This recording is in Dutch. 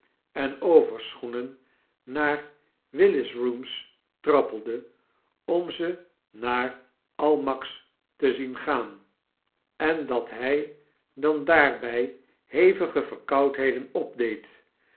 en overschoenen naar willis's rooms trappelde om ze naar almacks te zien gaan en dat hy dan daarby hevige verkoudheden opdeed